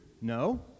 No